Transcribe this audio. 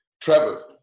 Trevor